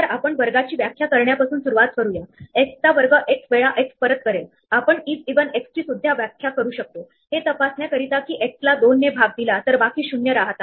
तर पहिल्या स्टेप मध्ये आपण सुरुवातीच्या पॉइंट sx sy पासून एकाच मुव्ह मध्ये पोहोचू शकणारे सर्व स्क्वेअर मार्क करण्याचा प्रयत्न करत आहोत